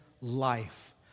life